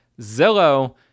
Zillow